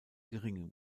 geringem